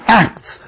acts